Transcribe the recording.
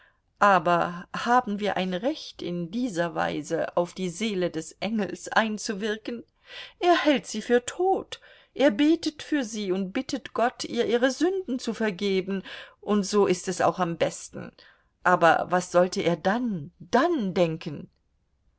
aber haben wir ein recht in dieser weise auf die seele dieses engels einzuwirken er hält sie für tot er betet für sie und bittet gott ihr ihre sünden zu vergeben und so ist es auch am besten aber was sollte er dann dann denken